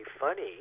funny